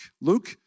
Luke